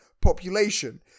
population